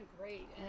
great